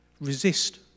resist